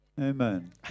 Amen